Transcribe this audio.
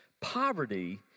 Poverty